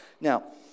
Now